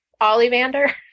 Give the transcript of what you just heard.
Ollivander